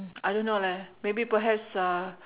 I don't know lah maybe perhaps uh